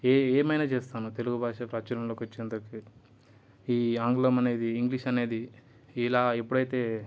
ఏ ఏమైనా చేస్తాను తెలుగు భాష ప్రాచుర్యంలోకి వచ్చేంతవరకి ఈ ఆంగ్లం అనేది ఇంగ్లీష్ అనేది ఇలా ఎప్పుడైతే